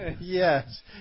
Yes